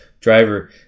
driver